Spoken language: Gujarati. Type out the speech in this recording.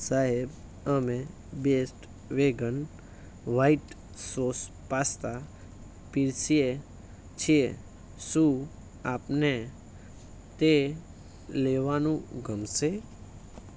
સાહેબ અમે best vegan white sauce pasta પીરસીએ છીએ શું આપને તે લેવાનું ગમશે